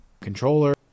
controller